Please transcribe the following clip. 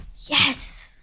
Yes